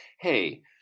hey